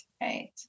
right